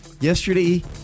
yesterday